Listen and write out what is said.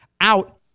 out